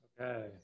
okay